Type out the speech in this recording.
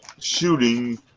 shooting